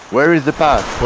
where is the path?